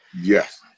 Yes